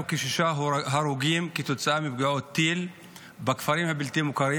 שישה הרוגים כתוצאה מפגיעות טילים בכפרים הבלתי-מוכרים.